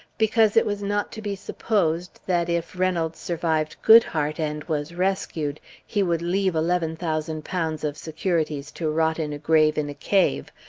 because it was not to be supposed that, if reynolds survived goodhart and was rescued, he would leave eleven thousand pounds of securities to rot in a grave in a cave,